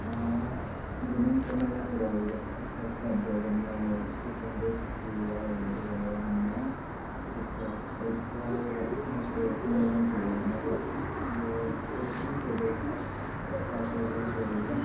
gaming ꯐꯣꯟꯅꯦꯕ ꯑꯩꯅ ꯂꯧꯔꯤꯗꯣ Snapdragon six hundred fifty ꯌꯥꯎꯔꯦ ꯑꯗꯨꯒ ꯔꯥꯝꯅ ꯑꯩꯠ ꯄ꯭ꯂꯁ ꯑꯩꯠ ꯌꯥꯎꯔꯦꯕ ꯑꯗꯨꯒ ꯏꯁꯇꯣꯔꯦꯖꯅ ꯋꯥꯟ ꯇꯨ ꯑꯩꯠꯅꯦꯕ ꯑꯗꯨ ꯏꯁꯇꯣꯔꯦꯖꯇꯨ ꯑꯗꯨꯝ ꯐꯖꯩ ꯐꯥꯁ ꯆꯥꯔꯖꯤꯡꯁꯨ ꯑꯣꯏꯌꯦ